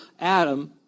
Adam